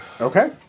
Okay